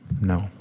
no